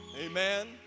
Amen